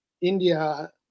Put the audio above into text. India